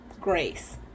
grace